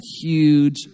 huge